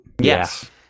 Yes